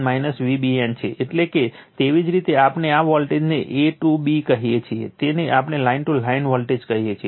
એટલે કે તેવી જ રીતે આપણે આ વોલ્ટેજને a ટુ b કહીએ છીએ તેને આપણે લાઇન ટુ લાઇન વોલ્ટેજ કહીએ છીએ